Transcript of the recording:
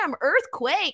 earthquake